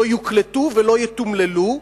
לא יוקלטו ולא יתומללו,